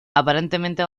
aparentemente